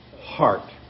heart